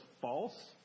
false